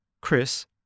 Chris